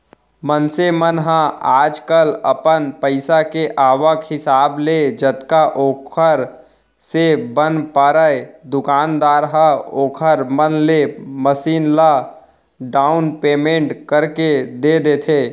मनसे मन ह आजकल अपन पइसा के आवक हिसाब ले जतका ओखर से बन परय दुकानदार ह ओखर मन ले मसीन ल डाउन पैमेंट करके दे देथे